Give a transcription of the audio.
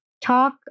talk